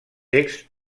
texts